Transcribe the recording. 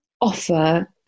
offer